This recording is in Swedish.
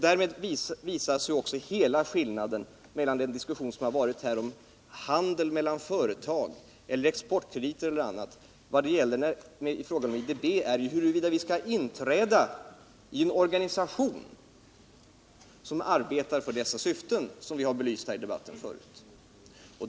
Därmed visas också skillnaden i uppfattningar i diskussionen om handel mellan företag, exportkrediter m.m. När det gäller IDB är ju frågan huruvida vi skall inträda i en organisation som arbetar för dessa syften, som vi har belyst här i debatten förut.